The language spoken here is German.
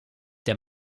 der